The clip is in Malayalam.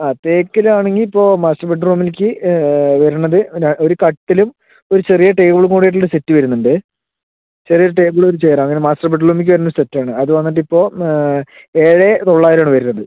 ആ തേക്കിൽ ആണെങ്കിൽ ഇപ്പോൾ മാസ്റ്റർ ബെഡ്റൂമിലേക്ക് വരുന്നത് ഒര് ഒര് കട്ടിലും ഒര് ചെറിയ ടേബിളും കൂടിട്ടുള്ള സെറ്റ് വരുന്നുണ്ട് ചെറിയ ഒര് ടേബിള് ഒര് ചെയറ് അങ്ങന മാസ്റ്റർ ബെഡ്റൂമിലേക്ക് വരുന്ന സെറ്റ് ആണ് അത് വന്നിട്ട് ഇപ്പോൾ ഏഴ് തൊള്ളായിരം ആണ് വരുന്നത്